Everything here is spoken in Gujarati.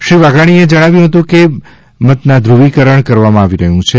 શ્રી વાઘાણીએ જણાવ્યું હતું કે મતના ધૂવી કરણ કરવામાં આવી રહ્યું છે